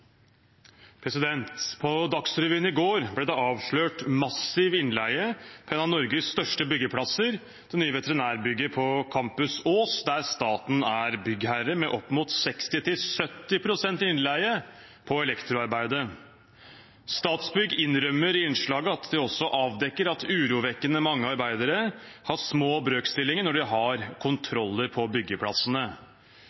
innleiebransjen. På Dagsrevyen i går ble det avslørt massiv innleie på en av Norges største byggeplasser, det nye veterinærbygget på Campus Ås, der staten er byggherre, med opp mot 60–70 pst. innleie på elektroarbeidet. Statsbygg innrømmer i innslaget at de også har avdekket, når de har kontroller på byggeplassene, at urovekkende mange arbeidere har små